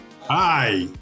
Hi